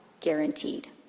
guaranteed